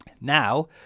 now